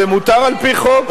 זה מותר על-פי חוק.